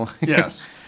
Yes